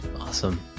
Awesome